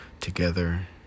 together